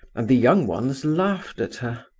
and the young ones laughed at her.